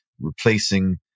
replacing